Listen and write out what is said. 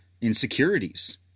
insecurities